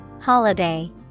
Holiday